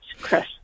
Chris